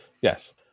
Yes